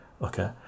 Okay